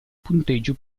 punteggio